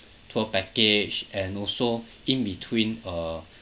tour package and also in between uh